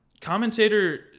Commentator